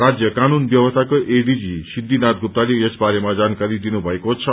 राज्य कानून व्यवस्थाका एडीजी सिद्विनाथ गुप्तले यस बारेमा जानकारी दिनुभएको छ